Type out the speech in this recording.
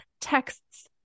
texts